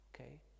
Okay